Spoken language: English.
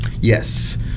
Yes